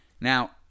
Now